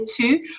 two